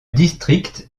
district